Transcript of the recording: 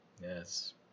Yes